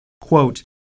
Quote